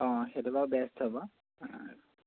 অঁ সেইটো বাৰু বেষ্ট হ'ব অঁ